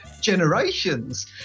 generations